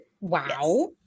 Wow